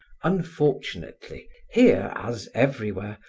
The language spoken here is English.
unfortunately, here as everywhere,